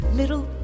little